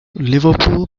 liverpool